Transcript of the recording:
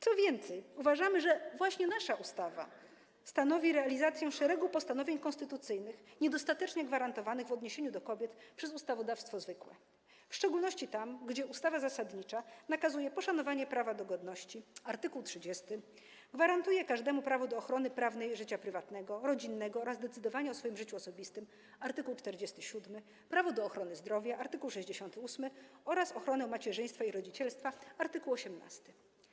Co więcej, uważamy, że właśnie nasza ustawa stanowi realizację szeregu postanowień konstytucyjnych niedostatecznie gwarantowanych w odniesieniu do kobiet przez ustawodawstwo zwykłe, w szczególności kiedy ustawa zasadnicza nakazuje poszanowanie prawa do godności - art. 30, gwarantuje każdemu prawo do ochrony prawnej życia prywatnego, rodzinnego oraz o decydowania o swoim życiu osobistym - art. 47, prawo do ochrony zdrowia - art. 68, oraz ochronę macierzyństwa i rodzicielstwa - art. 18.